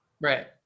Right